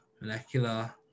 molecular